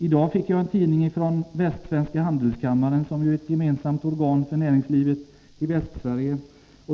I dag fick jag en tidning från Västsvenska handelskammaren, som är ett gemensamt organ för näringslivet i Västsverige.